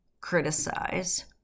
criticize